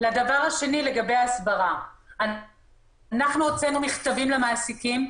לדבר השני, לגבי ההסברה הוצאנו מכתבים למעסיקים,